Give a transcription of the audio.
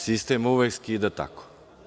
Sistem uvek skida tako.